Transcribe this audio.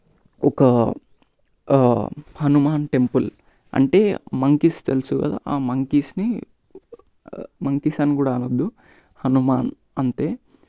ఒక హనుమాన్ టెంపుల్ అంటే మంకీస్ తెలుసు కదా ఆ మంకీస్ని మంకీస్ అని కూడా అనవద్దు హనుమాన్ అంతే